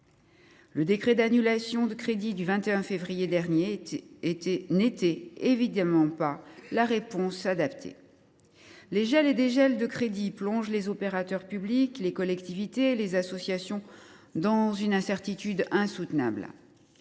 Le décret d’annulation de crédits du 21 février dernier n’était évidemment pas la réponse adaptée. Les gels et dégels de crédits plongent les opérateurs publics, les collectivités et les associations dans une incertitude insoutenable.